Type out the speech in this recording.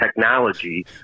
technology